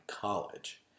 college